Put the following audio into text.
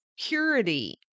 purity